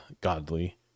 godly